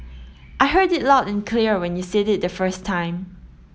I heard it loud and clear when you said it the first time